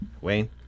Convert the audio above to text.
Wayne